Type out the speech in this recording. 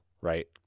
right